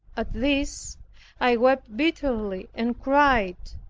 at this i wept bitterly, and cried,